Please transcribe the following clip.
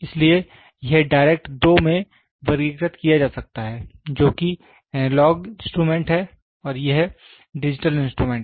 इसलिए यह डायरेक्ट दो में वर्गीकृत किया जा सकता है जोकि एनालॉग इंस्ट्रूमेंट है और यह डिजिटल इंस्ट्रूमेंट है